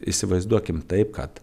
įsivaizduokim taip kad